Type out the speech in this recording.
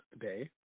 Day